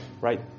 right